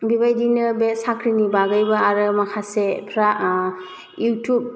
बेबायदिनो बे साख्रिनि बागैबो आरो माखासेफ्रा इउटुब